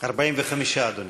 45, אדוני.